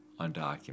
undocumented